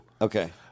Okay